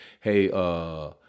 hey